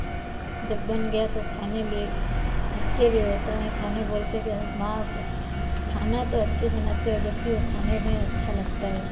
जब बन गया तो खाने लिए अच्छे भी होता है खाने बोलते है कि माँ खाना तो अच्छे बनाते हो जबकि वह खाने में अच्छा लगता है